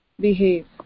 behave